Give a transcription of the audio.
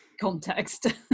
context